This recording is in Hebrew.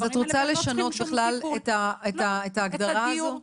את רוצה לשנות בכלל את ההגדרה הזו?